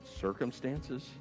circumstances